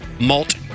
malt